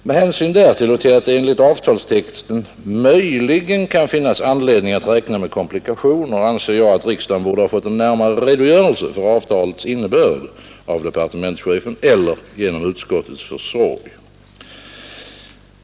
Med hänsyn därtill och till att det enligt avtalstexten möjligen kan finnas anledning att räkna med komplikationer anser jag, att riksdagen borde ha fått en närmare redogörelse för avtalets innebörd av departementschefen eller genom utskottets försorg.